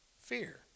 fear